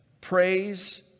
praise